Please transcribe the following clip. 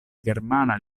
germana